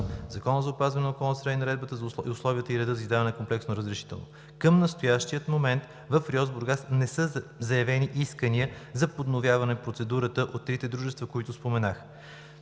Закона за опазване на околната среда и Наредбата за условията и реда за издаване на комплексно разрешително. Към настоящия момент в РИОСВ – Бургас, не са заявени искания за подновяване на процедурата от трите дружества, които споменах.